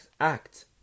act